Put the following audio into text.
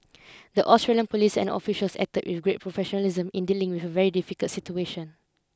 the Australian police and officials acted with great professionalism in dealing with a very difficult situation